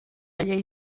llei